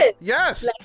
Yes